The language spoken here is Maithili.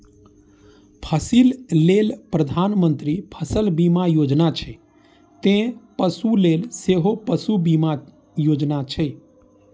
फसिल लेल प्रधानमंत्री फसल बीमा योजना छै, ते पशु लेल सेहो पशु बीमा योजना छै